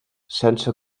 sense